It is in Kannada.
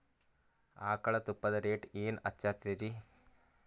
ಆಕಳ ತುಪ್ಪದ ರೇಟ್ ಏನ ಹಚ್ಚತೀರಿ?